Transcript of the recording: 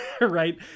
right